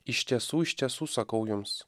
iš tiesų iš tiesų sakau jums